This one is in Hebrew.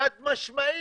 חד-משמעי.